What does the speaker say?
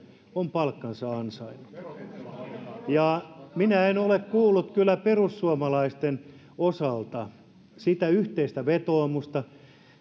on palkkansa ansainnut minä en ole kuullut kyllä perussuomalaisten osalta sitä yhteistä vetoomusta